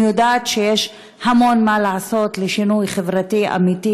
אני יודעת שיש המון מה לעשות לשינוי חברתי אמיתי,